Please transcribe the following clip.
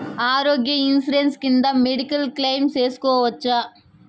ఆరోగ్య ఇన్సూరెన్సు కింద medical claim సేసుకోవచ్చా?